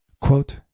Quote